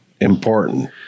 important